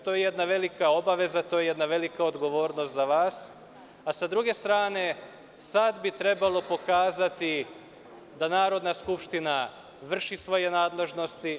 To je jedna velika obaveza, to je jedna velika odgovornost za vas, a sa druge strane sada bi trebalo pokazati da Narodna skupština vrši svoje nadležnosti.